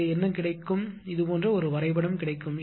உங்களுக்கு என்ன கிடைக்கும் இது போன்ற ஒரு வரைபடம் கிடைக்கும்